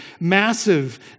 massive